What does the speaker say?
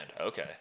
Okay